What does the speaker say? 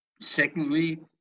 secondly